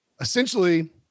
essentially